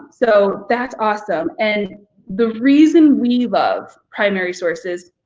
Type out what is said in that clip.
so that's awesome. and the reason we love primary sources,